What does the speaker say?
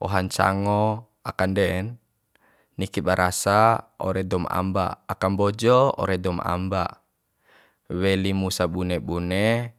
oha ncango akanden niki ba rasa ore doum amba aka mbojo ore doum amba weli mu sabune bune